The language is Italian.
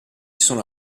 sono